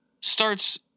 starts